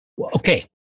Okay